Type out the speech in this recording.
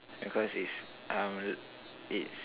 because it's uh it's